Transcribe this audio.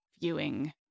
viewing